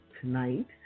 tonight